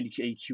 AQ